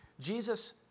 Jesus